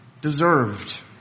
deserved